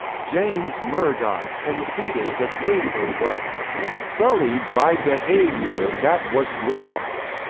james murdoch conceded the paper was sullied by behaviour that was wrong,